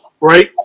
right